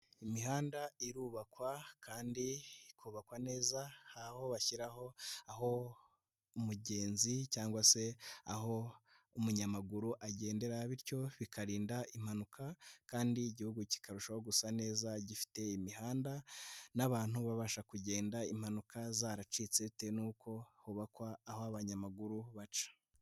Imihanda irubakwa kandi ikubakwa neza aho bashyiraho aho umugenzi cyangwa se aho umunyamaguru agendera, bityo bikarinda impanuka kandi igihugu kikarushaho gusa neza gifite imihanda n'abantu babasha kugenda impanuka zaracitse bitewe n'uko hubakwa aho abanyamaguru baca.